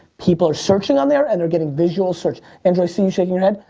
people are searching on there, and they're getting visual search. andrew, i see you shaking your head.